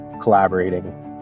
collaborating